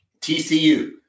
TCU